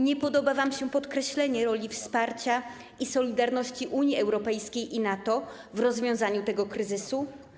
Nie podoba wam się podkreślenie roli wsparcia i solidarności Unii Europejskiej i NATO w rozwiązaniu tego kryzysu?